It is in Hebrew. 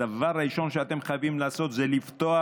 הדבר הראשון שאתם חייבים לעשות זה לפתוח